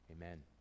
Amen